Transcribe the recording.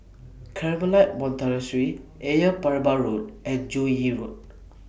Carmelite Monastery Ayer Merbau Road and Joo Yee Road